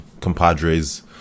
compadres